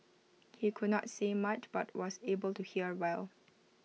he could not say much but was able to hear well